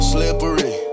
Slippery